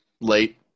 late